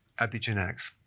epigenetics